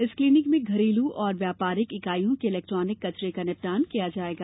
इस क्लीनिक में घरेलू और व्यापारिक इकाइयों के इलेक्ट्रानिक कचरे का निपटान किया जायेगा